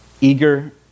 Eager